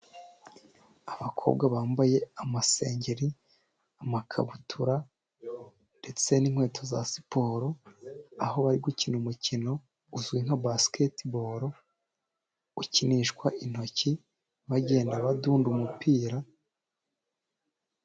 Abakobwa bambaye amasengeri, amakabutura ndetse n'inkweto za siporo, aho bari gukina umukino uzwi nka basiketibolo ukinishwa intoki, bagenda badunda umupira.